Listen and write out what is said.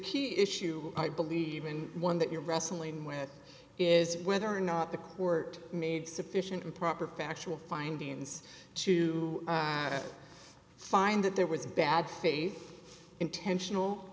key issue i believe and one that you're wrestling with is whether or not the court made sufficient and proper factual findings to find that there was a bad faith intentional